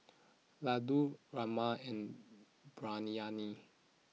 Ladoo Rajma and Biryani